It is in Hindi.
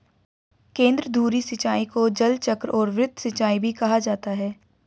केंद्रधुरी सिंचाई को जलचक्र और वृत्त सिंचाई भी कहा जाता है